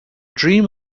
dream